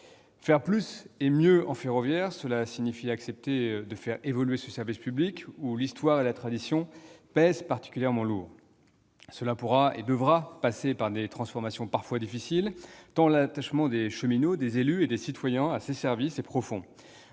Faire plus et mieux dans le domaine ferroviaire, cela signifie accepter de faire évoluer ce service public, dans lequel l'histoire et la tradition pèsent particulièrement lourd. Cela pourra, et devra, passer par des transformations parfois difficiles, tant l'attachement des cheminots, des élus et des citoyens à ces services est profond.